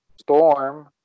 Storm